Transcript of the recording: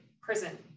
prison